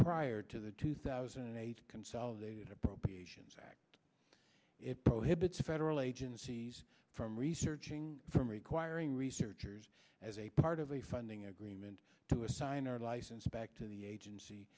prior to the two thousand and eight consolidated appropriations act it prohibits federal agencies from researching from requiring researchers as a part of a funding agreement to assign or license back to the agency